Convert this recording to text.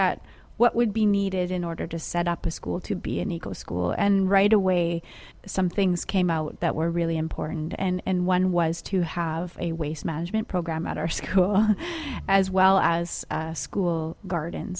at what would be needed in order to set up a school to be an eco school and right away some things came out that were really important and one was to have a waste management program at our school as well as school garden